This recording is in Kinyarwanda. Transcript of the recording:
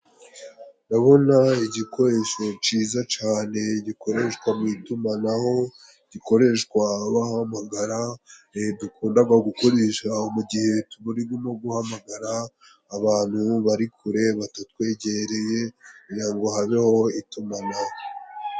Ndabona igikoresho ciza cane gikoreshwa mu itumanaho, gikoreshwa bahamagara, dukundaga gukoresha mu gihe turi mo guhamagara abantu bari kure batatwegereye, kugira ngo habeho itumanaho.